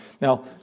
Now